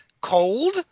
cold